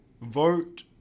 Vote